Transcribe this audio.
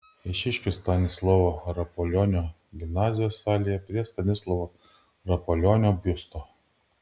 eišiškių stanislovo rapolionio gimnazijos salėje prie stanislovo rapolionio biusto